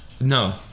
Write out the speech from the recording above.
No